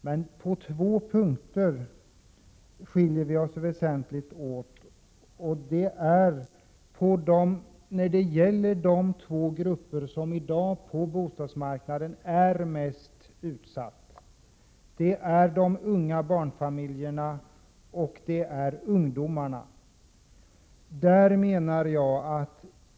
Men på två punkter skiljer vi oss väsentligt åt. Det gäller de två grupper på bostadsmarknaden som är mest utsatta. Det är de unga barnfamiljerna, och det är ungdomarna.